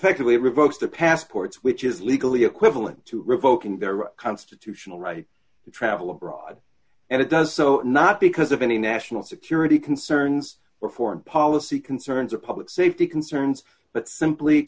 ly revokes their passports which is legally equivalent to revoking their constitutional right to travel abroad and it does so not because of any national security concerns or foreign policy concerns or public safety concerns but simply